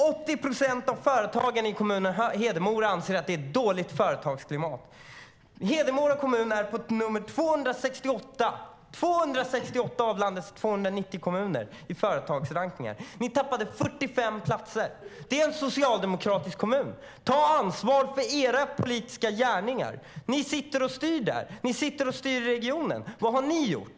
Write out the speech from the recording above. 80 procent av företagarna i Hedemora kommun anser att företagsklimatet är dåligt. Hedemora kommun kommer på plats 268 av landets 290 kommuner i företagsrankningar. Ni har tappat 45 platser. Det är en socialdemokratisk kommun. Ta ansvar för era politiska gärningar! Ni sitter och styr där. Ni sitter och styr regionen. Vad har ni gjort?